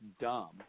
dumb